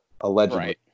allegedly